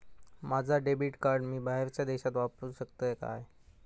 माझा debit card मी बाहेरच्या देशात वापरू शकतय काय?